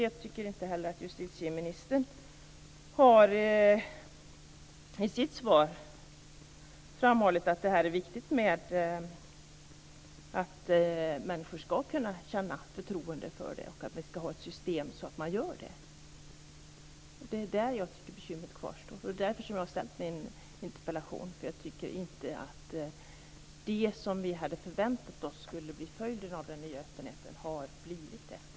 Jag tycker inte heller att justitieministern i sitt svar har framhållit att det är viktigt att människor kan känna förtroende för detta och att vi ska ha ett system så att man gör det. Det är där jag tycker bekymret kvarstår, och det är därför jag har ställt min interpellation: eftersom jag inte tycker att det som vi hade förväntat oss skulle bli följden av den nya öppenheten har blivit det.